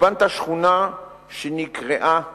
ובנתה שכונה שנקראה "רחובות"